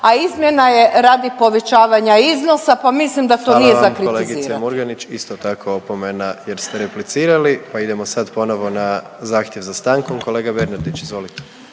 a izmjena je radi povećavanja iznosa, pa mislim da to nije za kritizirati. **Jandroković, Gordan (HDZ)** Hvala vam kolegice Murganić, isto tako opomena jer ste replicirali, pa idemo sad ponovo na zahtjev za stankom. Kolega Bernardić, izvolite.